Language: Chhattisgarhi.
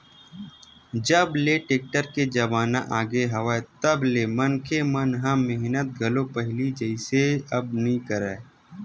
जब ले टेक्टर के जमाना आगे हवय तब ले मनखे मन ह मेहनत घलो पहिली जइसे अब नइ करय